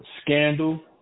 Scandal